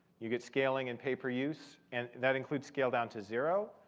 you get scaling and pay-per-use. and that includes scale down to zero.